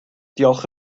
diolch